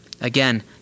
Again